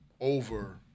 over